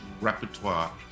repertoire